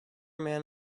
man